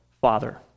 father